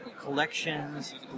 collections